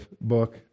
book